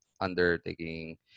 undertaking